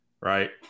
Right